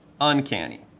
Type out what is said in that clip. Uncanny